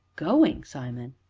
going, simon?